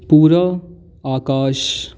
पूरा आकाश